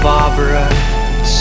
Barbara